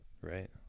right